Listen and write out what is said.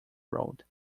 road